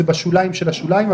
זה בשוליים של השוליים.